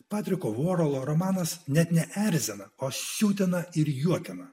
patriko vuorolo romanas net ne erzina o siutina ir juokina